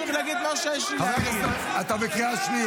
יוראי, אתה בקריאה ראשונה.